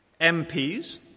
MPs